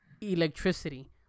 electricity